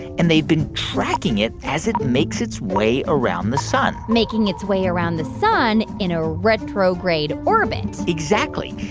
and they've been tracking it as it makes its way around the sun making its way around the sun in a retrograde orbit exactly.